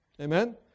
Amen